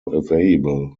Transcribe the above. available